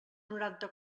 noranta